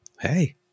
hey